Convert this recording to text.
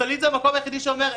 סלעית זה המקום היחיד שאומר,